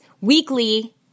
weekly